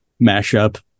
mashup